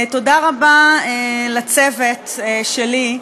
תודה רבה לצוות שלי.